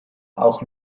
auch